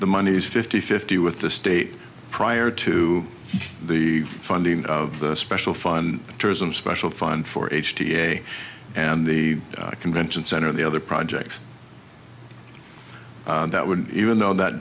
the moneys fifty fifty with the state prior to the funding of the special fund tourism special fund for h t a and the convention center and the other projects that would even though that